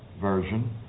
version